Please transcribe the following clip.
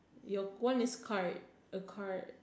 your one is car a car